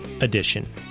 edition